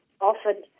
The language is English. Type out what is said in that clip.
offered